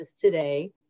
today